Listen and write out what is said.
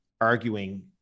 arguing